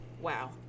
wow